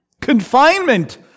confinement